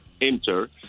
enter